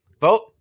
Vote